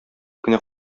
кенә